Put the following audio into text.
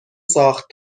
ساخت